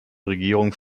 regierung